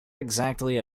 exactly